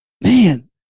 man